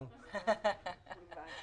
זה חלק מן השאלה שלי.